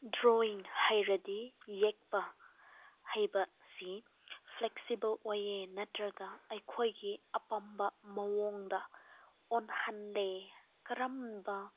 drawing ꯍꯩꯔꯗꯤ ꯌꯦꯛꯄ ꯍꯩꯕ ꯑꯁꯤ ꯐ꯭ꯂꯦꯛꯁꯤꯕꯜ ꯑꯣꯏꯌꯦ ꯅꯠꯇ꯭ꯔꯒ ꯑꯩꯈꯣꯏꯒꯤ ꯑꯄꯥꯝꯕ ꯃꯑꯣꯡꯗ ꯑꯣꯜꯍꯟꯂꯦ ꯀꯔꯝꯕ